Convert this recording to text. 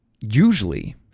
Usually